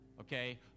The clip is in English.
Okay